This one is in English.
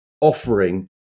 offering